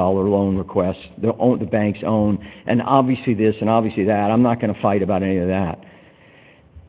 dollars loan requests the banks own and obviously this and obviously that i'm not going to fight about that